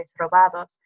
robados